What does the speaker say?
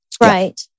Right